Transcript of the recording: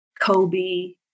Kobe